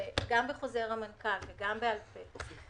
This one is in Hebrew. גם בחוזר המנכ"ל וגם בעל פה,